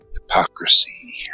hypocrisy